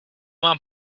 mám